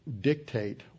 dictate